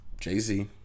jay-z